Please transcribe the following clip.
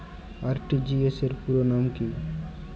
RTGS র পুরো নাম কি?